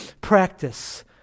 practice